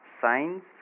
Science